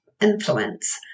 influence